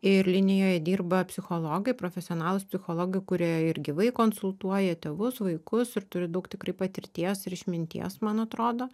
ir linijoj dirba psichologai profesionalūs psichologai kurie ir gyvai konsultuoja tėvus vaikus ir turi daug tikrai patirties ir išminties man atrodo